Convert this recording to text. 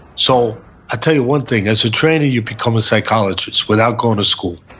so ah tell you one thing as a trainer, you become a psychologist, without going to school.